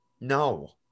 no